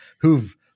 who've